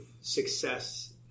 success